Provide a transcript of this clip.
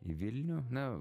į vilnių na